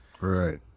Right